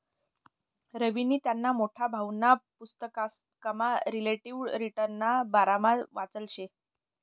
रवीनी त्याना मोठा भाऊना पुसतकमा रिलेटिव्ह रिटर्नना बारामा वाचेल शे